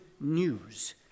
news